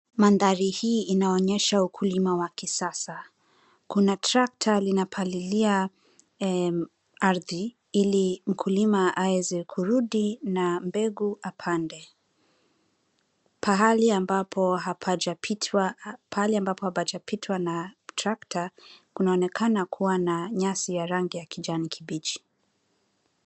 Mandhari hii inaonyesha ukulima wa kisasa. Kuna tractor linapalilia ardhi ili mkulima aweze kurudi na mbegu apande. Pahali ambapo hapajapitwa na tractor , kunaonekana kuwa na nyasi ya rangi ya kijani kibichi.